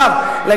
פרשת בגלל זה.